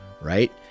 right